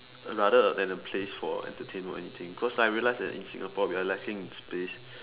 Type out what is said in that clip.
rather err than a place for entertainment or anything cause I realize that in Singapore we are lacking in space